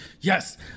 Yes